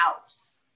house